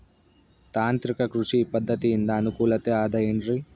ತಾಂತ್ರಿಕ ಕೃಷಿ ಪದ್ಧತಿಯಿಂದ ಅನುಕೂಲತೆ ಅದ ಏನ್ರಿ?